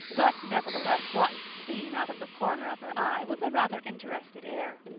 but nevertheless watched the scene out of the corner of her eye with a rather interested air.